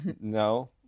no